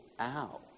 ow